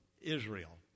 Israel